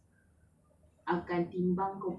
allah is allah won't judge you once